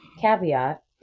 caveat